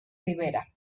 ribera